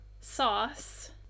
sauce